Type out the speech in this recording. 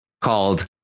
called